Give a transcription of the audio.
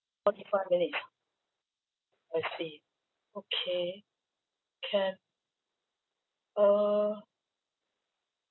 forty five minutes I see okay can uh